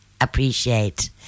appreciate